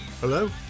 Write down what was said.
Hello